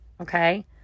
Okay